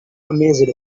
amazed